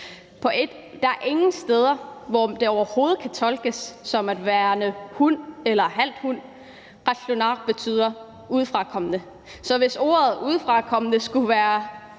Der er ingen steder, hvor det overhovedet kan tolkes som værende »hund« eller »halvt hund« – »qallunaaq« betyder »udefrakommende«. Så hvis ordet udefrakommende skulle være